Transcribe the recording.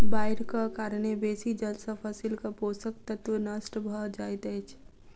बाइढ़क कारणेँ बेसी जल सॅ फसीलक पोषक तत्व नष्ट भअ जाइत अछि